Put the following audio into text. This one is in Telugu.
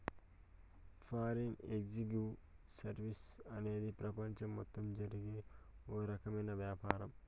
ఫారిన్ ఎక్సేంజ్ సర్వీసెస్ అనేది ప్రపంచం మొత్తం జరిగే ఓ రకమైన వ్యాపారం